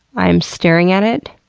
i'm staring at it.